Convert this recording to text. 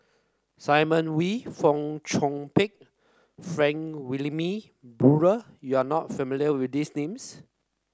Simon Wee Fong Chong Pik Frank Wilmin Brewer you are not familiar with these names